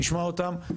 נשמע אותם,